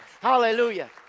hallelujah